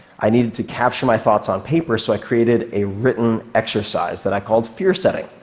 i needed to capture my thoughts on paper. so i created a written exercise that i called fear-setting,